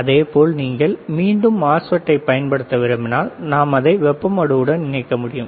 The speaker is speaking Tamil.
இதேபோல் நீங்கள் மீண்டும் MOSFET ஐப் பயன்படுத்த விரும்பினால் நாம் அதை வெப்ப மடுவுடன் இணைக்க முடியும்